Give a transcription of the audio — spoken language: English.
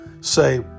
say